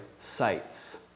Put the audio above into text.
sites